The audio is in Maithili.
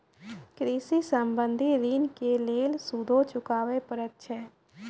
कृषि संबंधी ॠण के लेल सूदो चुकावे पड़त छै?